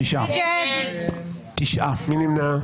מי נמנע?